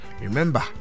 Remember